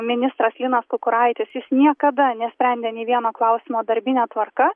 ministras linas kukuraitis jis niekada nesprendė nė vieno klausimo darbine tvarka